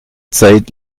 zeit